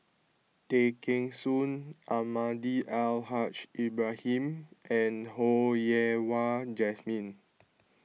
Tay Kheng Soon Almahdi Al Haj Ibrahim and Ho Yen Wah Jesmine